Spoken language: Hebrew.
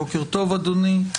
בוקר טוב, אדוני.